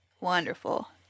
Wonderful